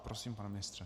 Prosím, pane ministře.